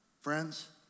Friends